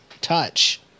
Touch